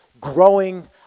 growing